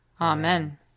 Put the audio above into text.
Amen